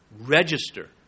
register